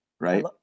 right